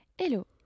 Hello